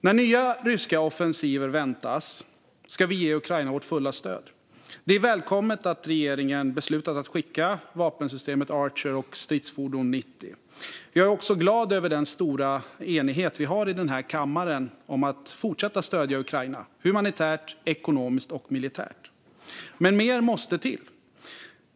När nya ryska offensiver väntas ska vi ge Ukraina vårt fulla stöd. Det är välkommet att regeringen har beslutat att skicka vapensystemet Archer och stridsfordon 90. Jag är också glad över den stora enighet vi har i den här kammaren om att fortsätta att stödja Ukraina humanitärt, ekonomiskt och militärt. Men mer måste till.